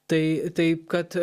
tai taip kad